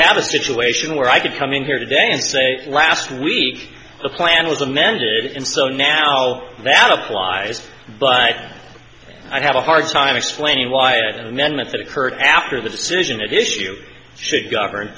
have a situation where i could come in here today and say last week the plan was amended and so now that applies but i have a hard time explaining why the amendment that occurred after the decision at issue should govern